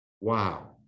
Wow